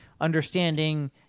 understanding